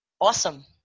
awesome